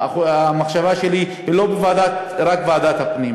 המחשבה שלי היא לא רק ועדת הפנים.